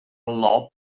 lob